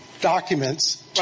documents